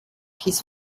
his